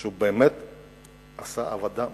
שהוא באמת עשה עבודה מדהימה.